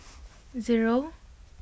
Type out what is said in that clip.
zero